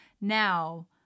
Now